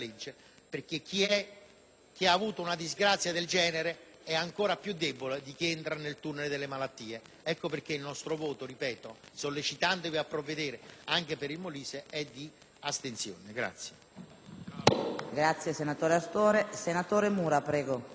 chi ha avuto una disgrazia del genere è ancora più debole di chi entra nel tunnel delle malattie. Ecco perché - ripeto - il nostro voto, sollecitandovi a provvedere anche per il Molise, è di astensione.